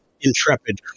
intrepid